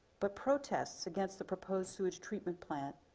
but protests against the proposed sewage treatment plant,